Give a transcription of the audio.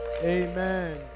Amen